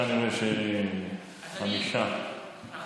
יש חמש שאילתות, כן